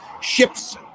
ships